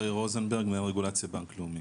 ברי רוזנברג, מנהל רגולציה בנק לאומי.